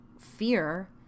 fear